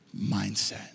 mindset